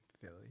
Philly